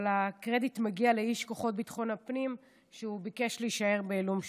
אבל הקרדיט מגיע לאיש כוחות ביטחון הפנים שביקש להישאר בעילום שם.